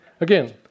Again